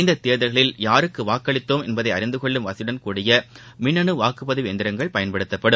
இந்ததேர்தல்களில் யாருக்குவாக்களித்தோம் என்பதைஅறிந்துகொள்ளும் வசதியுடன் கூடிய மின்னணுவாக்குப்பதிவு இயந்திரங்கள் பயன்படுத்தப்படும்